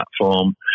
platform